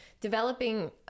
developing